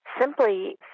simply